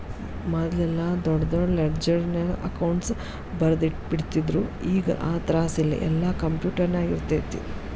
ಮದ್ಲೆಲ್ಲಾ ದೊಡ್ ದೊಡ್ ಲೆಡ್ಜರ್ನ್ಯಾಗ ಅಕೌಂಟ್ಸ್ ಬರ್ದಿಟ್ಟಿರ್ತಿದ್ರು ಈಗ್ ಆ ತ್ರಾಸಿಲ್ಲಾ ಯೆಲ್ಲಾ ಕ್ಂಪ್ಯುಟರ್ನ್ಯಾಗಿರ್ತೆತಿ